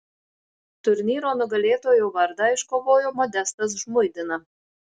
turnyro nugalėtojo vardą iškovojo modestas žmuidina